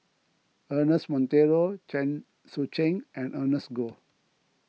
Ernest Monteiro Chen Sucheng and Ernest Goh